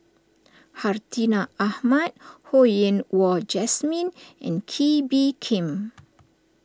Hartinah Ahmad Ho Yen Wah Jesmine and Kee Bee Khim